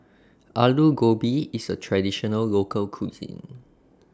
Alu Gobi IS A Traditional Local Cuisine